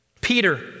Peter